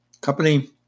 company